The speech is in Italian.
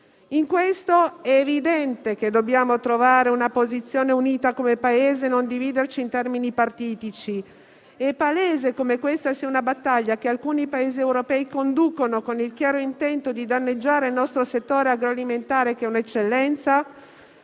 In questo è evidente che dobbiamo trovare una posizione unita come Paese e non dividerci in termini partitici. È palese come questa sia una battaglia che alcuni Paesi europei conducono con il chiaro intento di danneggiare il nostro settore agroalimentare, che è un'eccellenza